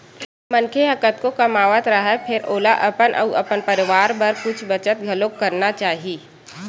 मनखे ह कतको कमावत राहय फेर ओला अपन अउ अपन परवार बर कुछ बचत घलोक करना चाही